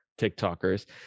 TikTokers